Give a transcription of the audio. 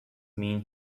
mean